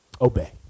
obey